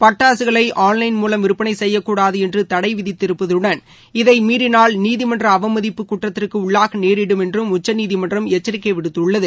பட்டாசுகளை ஆன்லைன் மூலம் விற்பனை செய்யக்கூடாது என்று தடை விதித்திருப்பதுடன் இதை மீறினால் நீதிமன்ற அவமதிப்பு குற்றத்தக்கு உள்ளாக நேரிடும் என்றம் உச்சநீதிமன்றம் எச்சரித்துள்ளது